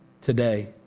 today